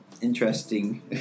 interesting